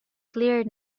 clear